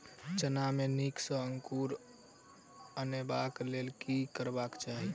चना मे नीक सँ अंकुर अनेबाक लेल की सब करबाक चाहि?